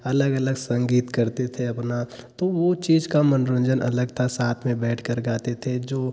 अलग अलग संगीत करते थे अपना तो वह चीज़ का मनोरंजन अलग था साथ में बैठकर गाते थे जो